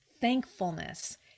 thankfulness